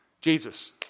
Jesus